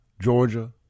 Georgia